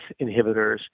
inhibitors